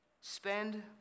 spend